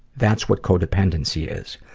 that's what codependency is.